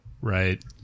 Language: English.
right